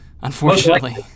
unfortunately